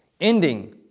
ending